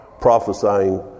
prophesying